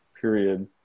period